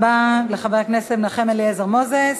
תודה רבה לחבר הכנסת מנחם אליעזר מוזס.